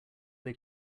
they